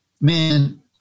Man